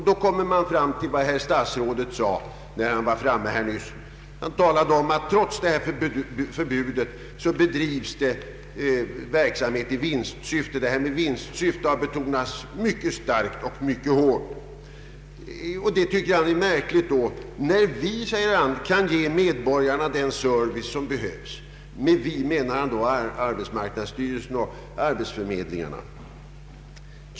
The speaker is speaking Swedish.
Då kommer man fram till vad statsrådet sade nyss. Han talade om att trots rådande förbud bedrivs förmedlingsverksamhet i vinstsyfte. Vinstsyftet har betonats mycket starkt. Statsrådet tycker det är märkligt att denna verksamhet förekommer, när statsmakterna — som statsrådet säger — kan ge den service som behövs. Han tänker då på arbetsmarknadsstyrelsen och arbetsförmedlingarna.